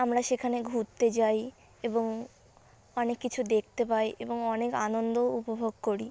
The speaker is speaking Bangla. আমরা সেখানে ঘুরতে যাই এবং অনেক কিছু দেখতে পাই এবং অনেক আনন্দও উপভোগ করি